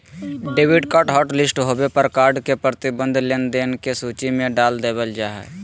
debit card hotlist होबे पर card के प्रतिबंधित लेनदेन के सूची में डाल देबल जा हय